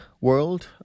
world